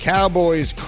Cowboys